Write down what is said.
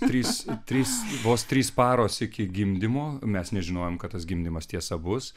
trys trys vos trys paros iki gimdymo mes nežinojom kad tas gimdymas tiesa bus